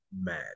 mad